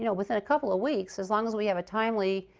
you know within a couple of weeks, as long as we have a timely